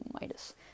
Midas